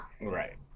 Right